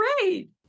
great